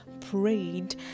prayed